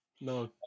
no